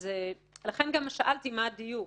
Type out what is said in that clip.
לכן, גם שאלתי מה הדיוק.